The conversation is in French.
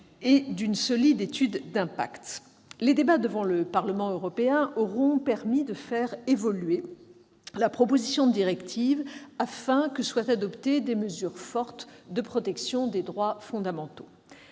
et d'une solide étude d'impact. Les débats devant le Parlement européen ont permis de faire évoluer la proposition de directive afin que soient adoptées des mesures fortes de protection des droits fondamentaux.